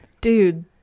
dude